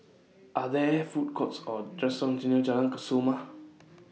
Are There Food Courts Or restaurants near Jalan Kesoma